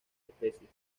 especies